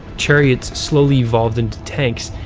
chariots slowly evolved into tanks,